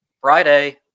Friday